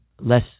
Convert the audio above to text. less